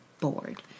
bored